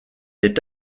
est